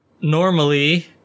normally